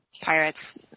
Pirates